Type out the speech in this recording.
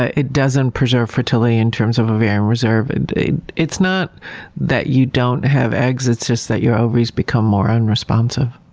ah it doesn't preserve fertility in terms of ovarian reserve. and it's not that you don't have eggs, it's just that your ovaries become more unresponsive.